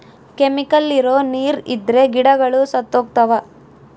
chemical ಇರೋ ನೀರ್ ಇದ್ರೆ ಗಿಡಗಳು ಸತ್ತೋಗ್ತವ